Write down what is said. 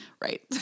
Right